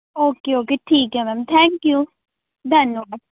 okay okay ਠੀਕ ਐ ma'am thank you